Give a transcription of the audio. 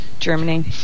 Germany